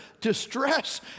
distress